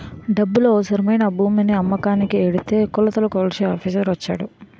డబ్బులు అవసరమై నా భూమిని అమ్మకానికి ఎడితే కొలతలు కొలిచే ఆఫీసర్ వచ్చాడు